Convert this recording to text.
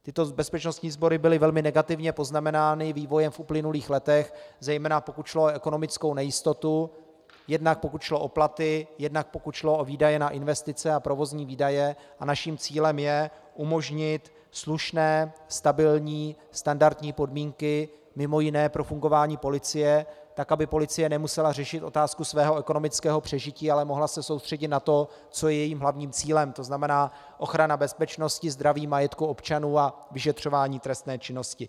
Tyto bezpečnostní sbory byly velmi negativně poznamenány vývojem v uplynulých letech, zejména pokud šlo o ekonomickou nejistotu, jednak pokud šlo o platy, jednak pokud šlo o výdaje na investice a provozní výdaje, a naším cílem je umožnit slušné stabilní standardní podmínky mimo jiné pro fungování policie tak, aby policie nemusela řešit otázku svého ekonomického přežití, ale mohla se soustředit na to, co je jejím hlavním cílem na ochranu bezpečnosti, zdraví a majetku občanů a vyšetřování trestné činnosti.